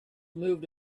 moved